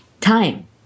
time